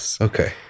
okay